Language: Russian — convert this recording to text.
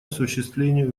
осуществлению